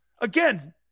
again